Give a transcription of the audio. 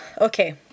okay